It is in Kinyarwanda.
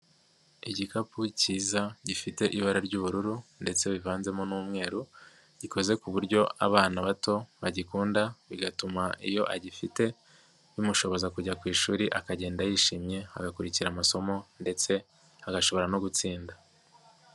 Igikapu kiza, gifite ibara ry'ubururu ndetse rivanzemo n'umweru, gikoze ku buryo abana bato bagikunda bigatuma iyo agifite bimushoboza kujya ku ishuri, akagenda yishimye, agakurikira amasomo ndetse agashobora no gutsinda.